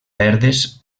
verdes